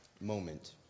moment